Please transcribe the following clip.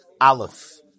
Aleph